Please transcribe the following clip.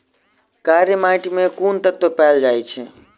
कार्य माटि मे केँ कुन तत्व पैल जाय छै?